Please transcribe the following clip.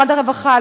משרד הרווחה,